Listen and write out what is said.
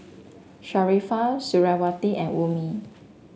Sharifah Suriawati and Ummi